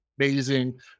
amazing